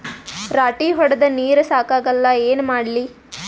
ರಾಟಿ ಹೊಡದ ನೀರ ಸಾಕಾಗಲ್ಲ ಏನ ಮಾಡ್ಲಿ?